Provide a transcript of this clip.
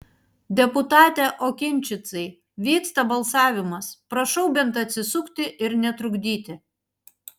deputate okinčicai vyksta balsavimas prašau bent atsisukti ir netrukdyti